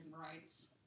rights